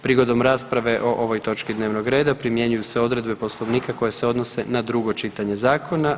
Prigodom rasprave o ovoj točki dnevnog reda primjenjuju se odredbe Poslovnika koje se odnose na drugo čitanje zakona.